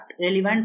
relevant